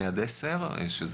הדרגה